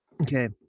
okay